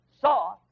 saw